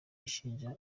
ishinja